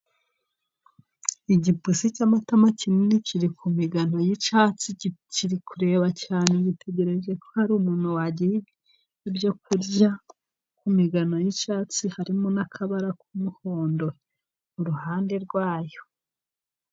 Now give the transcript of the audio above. Igipusi cy'amatama kinini kiri ku migano y'icyatsi kiri kureba cyane gitegereje ko hari umuntu wagiha ibyo kurya. Ku migano y'icyatsi harimo n'akabara k'umuhondo iruhande rwayo